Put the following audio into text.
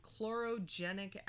chlorogenic